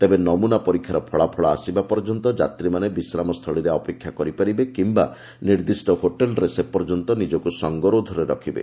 ତେବେ ନମ୍ରନା ପରୀକ୍ଷାର ଫଳାଫଳ ଆସିବା ପର୍ଯ୍ୟନ୍ତ ଯାତ୍ରୀମାନେ ବିଶ୍ୱାମସୁଳୀରେ ଅପେକ୍ଷା କରିପାରିବେ କିମ୍ବା ନିର୍ଦ୍ଦିଷ୍ଟ ହୋଟେଲ୍ରେ ସେପର୍ଯ୍ୟନ୍ତ ନିଜକୁ ସଙ୍ଗରୋଧରେ ରଖିବେ